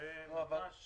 זה ממש